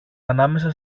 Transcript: ανάμεσα